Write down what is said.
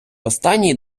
останній